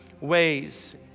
ways